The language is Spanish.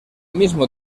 mismo